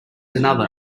another